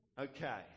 Okay